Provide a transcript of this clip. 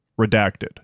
Redacted